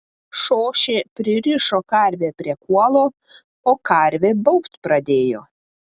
šošė pririšo karvę prie kuolo o karvė baubt pradėjo